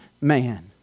man